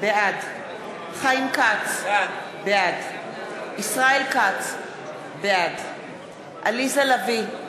בעד חיים כץ, בעד ישראל כץ, בעד עליזה לביא,